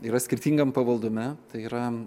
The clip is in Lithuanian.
yra skirtingam pavaldume tai yra